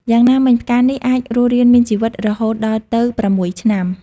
យ៉ាងណាមិញ ផ្កានេះអាចរស់រានមានជីវិតរហូតដល់ទៅ៦ឆ្នាំ។